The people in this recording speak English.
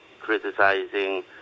criticizing